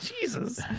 jesus